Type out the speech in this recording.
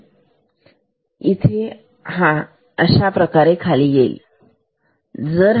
आणि इथे हा अशाप्रकारे खाली येईल